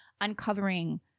uncovering